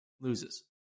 loses